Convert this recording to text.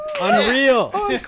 unreal